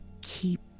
keep